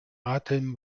atem